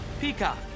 Peacock